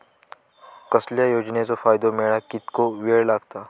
कसल्याय योजनेचो फायदो मेळाक कितको वेळ लागत?